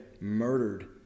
murdered